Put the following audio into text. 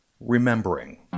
Remembering